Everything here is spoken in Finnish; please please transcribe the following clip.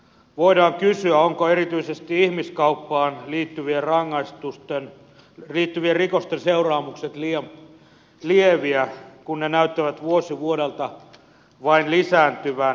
voidaan kysyä ovatko erityisesti ihmiskauppaan liittyvien rikosten seuraamukset liian lieviä kun ne näyttävät vuosi vuodelta vain lisääntyvän